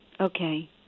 Okay